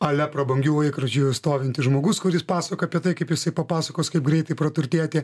a le prabangiu laikrodžiu stovintis žmogus kuris pasakoja apie tai kaip jisai papasakos kaip greitai praturtėti